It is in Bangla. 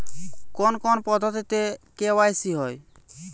কোন কোন পদ্ধতিতে কে.ওয়াই.সি হয়?